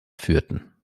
führten